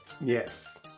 Yes